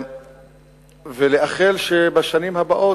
אני רוצה לאחל שבשנים הבאות,